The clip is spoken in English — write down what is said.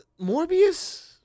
Morbius